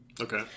Okay